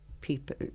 people